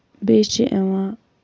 بیٚیہِ چھِ یِوان